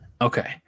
okay